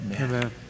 Amen